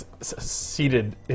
seated